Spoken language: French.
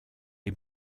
les